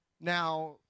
Now